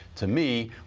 to me,